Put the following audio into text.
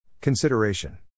Consideration